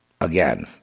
Again